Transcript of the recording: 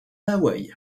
hawaï